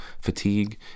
fatigue